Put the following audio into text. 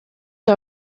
der